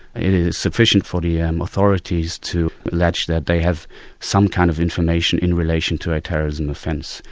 it is sufficient for the yeah um authorities to allege that they have some kind of information in relation to a terrorism offence,